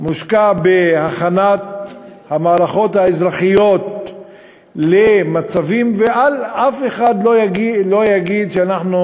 מושקעים בהכנת המערכות האזרחיות למצבים ואף אחד לא יגיד שאנחנו